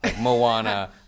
Moana